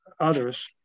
others